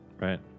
Right